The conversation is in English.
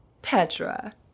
Petra